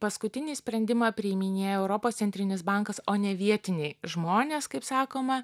paskutinį sprendimą priiminėjo europos centrinis bankas o ne vietiniai žmonės kaip sakoma